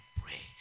pray